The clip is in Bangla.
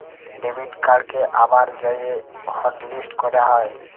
ডেবিট কাড়কে আবার যাঁয়ে হটলিস্ট ক্যরা যায়